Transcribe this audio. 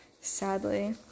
sadly